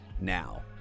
Now